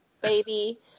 Baby